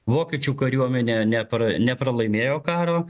vokiečių kariuomenė nepra nepralaimėjo karo